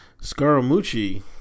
Scaramucci